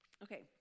Okay